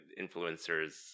influencers